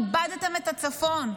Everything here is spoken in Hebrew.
איבדתם את הצפון.